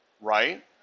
right